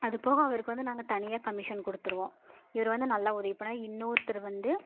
அதுப்போக அவருக்கு வந்து நாங்கள் தனியாக கமிஷன் கொடுத்துருவோம் இவர் வந்து நல்லா உதவி பண்ணுவார் இன்னொருத்தர் வந்து